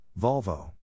Volvo